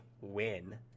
win